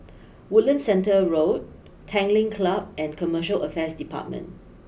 Woodlands Centre Road Tanglin Club and Commercial Affairs Department